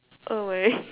oh my